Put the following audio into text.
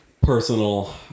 personal